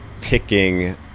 picking